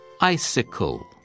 Icicle